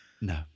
No